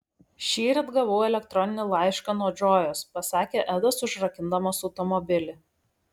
šįryt gavau elektroninį laišką nuo džojos pasakė edas užrakindamas automobilį